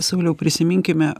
sauliau prisiminkime